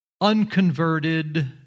unconverted